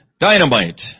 dynamite